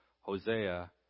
Hosea